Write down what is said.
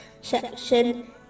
section